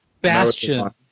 Bastion